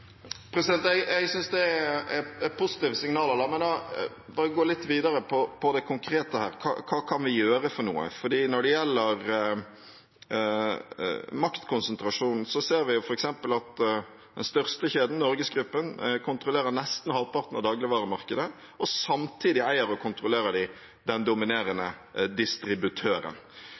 Jeg synes det er positive signaler. La meg da gå litt videre til det konkrete og hva vi kan gjøre. For når det gjelder maktkonsentrasjon, ser vi f.eks. at den største kjeden, NorgesGruppen, kontrollerer nesten halvparten av dagligvaremarkedet. Samtidig eier og kontrollerer de den dominerende distributøren.